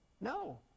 No